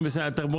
בסדר,